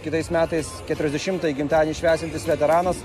kitais metais keturiasdešimtąjį gimtadienį švęsiantis veteranas